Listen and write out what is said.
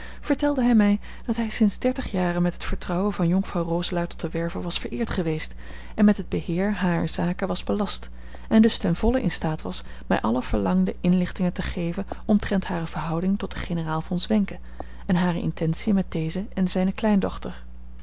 vertelde hij mij dat hij sinds dertig jaren met het vertrouwen van jonkvrouw roselaer tot de werve was vereerd geweest en met het beheer harer zaken was belast en dus ten volle in staat was mij alle verlangde inlichtingen te geven omtrent hare verhouding tot den generaal von zwenken en hare intentiën met deze en zijne kleindochter